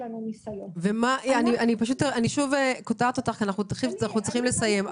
אני קוטעת אותך כדי לשאול שוב,